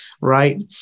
right